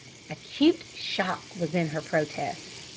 acute shock was in her protest.